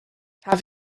have